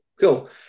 cool